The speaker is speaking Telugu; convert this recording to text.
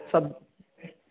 సబ్